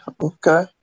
Okay